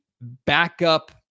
backup